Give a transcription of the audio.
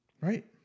Right